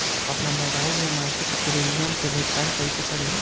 आपन मोबाइल से मसिक प्रिमियम के भुगतान कइसे करि?